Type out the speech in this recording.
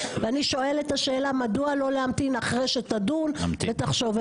ואני שואלת מדוע לא להמתין אחרי שתדון ותחשוב?